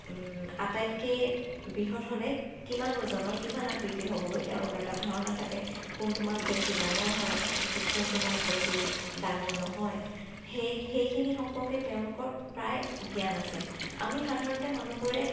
আটাইতকে বৃহৎ হ'লে কিমান ওজনৰ কিমান আকৃতিৰ হ'বগৈ তেওঁলোকৰ এটা ধাৰণা থাকে কোনটো মাছ বেছি ডাঙৰ হয় কি কোনটো মাছ বেছি ডাঙৰ নহয় সেই সেইখিনি সম্পৰ্কে তেওঁলোকৰ প্ৰায় জ্ঞান আছে আমি সাধাৰণতে মানুহবোৰে